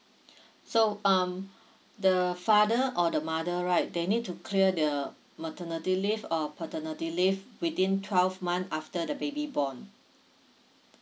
so um the father or the mother right they need to clear the maternity leave or paternity leave within twelve month after the baby born